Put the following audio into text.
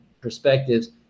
perspectives